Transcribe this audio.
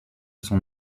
son